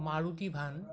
Maruti van